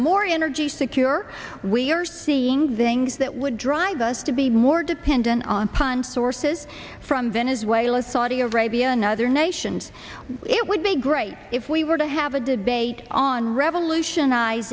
more energy secure we are seeing then that would drive us to be more dependent on pond sources from venezuela saudi arabia and other nations it would be great if we were to have a debate on revolutioniz